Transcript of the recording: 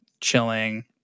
chilling